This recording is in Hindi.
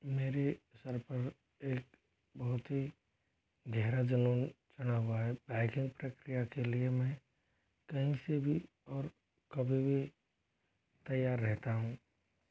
मेरे सिर पर एक बहुत ही गहरा जूनून चढ़ा हुआ है बाइकिंग प्रक्रिया के लिए मैं कहीं से भी और कभी भी तैयार रहता हूँ